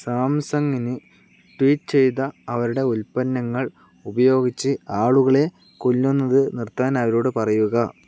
സാംസങ്ങിന് tweet ചെയ്ത അവരുടെ ഉൽപ്പന്നങ്ങൾ ഉപയോഗിച്ച് ആളുകളെ കൊല്ലുന്നത് നിർത്താൻ അവരോട് പറയുക